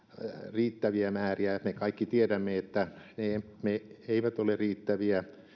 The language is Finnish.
riittäviä määriä me kaikki tiedämme että ne eivät ole riittäviä